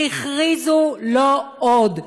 הכריזו: לא עוד.